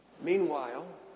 Meanwhile